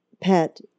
pet